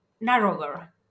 narrower